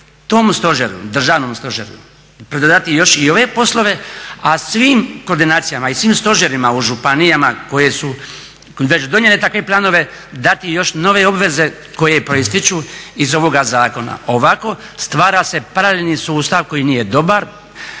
tom stožeru, državnom stožeru pridodati još i ove poslove a svim koordinacijama i svim stožerima u županijama koje su već donijele takve planove dati još nove obveze koje proističu iz ovoga zakona. Ovako stvara se paralelni sustav koji nije dobar,